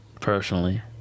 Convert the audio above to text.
personally